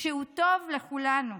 שטובים לכולנו,